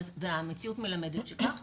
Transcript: והמציאות מלמדת שכך,